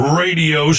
radio